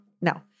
no